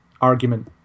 argument